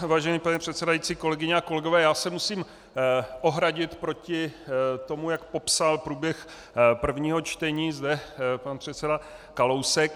Vážený pane předsedající, kolegyně a kolegové, já se musím ohradit proti tomu, jak popsal průběh prvního čtení zde pan předseda Kalousek.